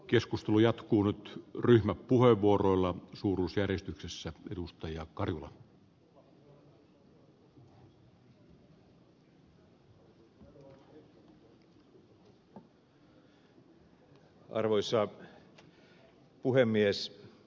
keskustelu jatkuu nyt ryhmäpuheenvuoroilla suuruusjärjestyksessä arvoisa puhemies